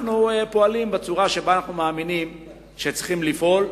אנחנו פועלים בצורה שבה אנחנו מאמינים שצריך לפעול.